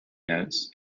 notes